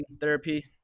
therapy